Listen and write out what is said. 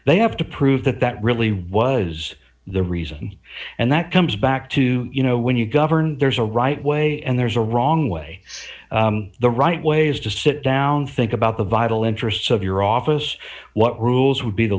they have to prove that that really was the reason and that comes back to you know when you govern there's a right way and there's a wrong way the right way is to sit down think about the vital interests of your office what rules would be the